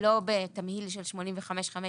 לא בתמהיל של 85/15